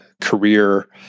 career